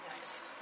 nice